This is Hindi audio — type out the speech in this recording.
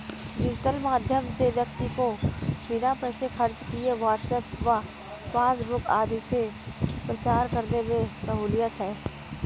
डिजिटल माध्यम से व्यक्ति को बिना पैसे खर्च किए व्हाट्सएप व फेसबुक आदि से प्रचार करने में सहूलियत है